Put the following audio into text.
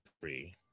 three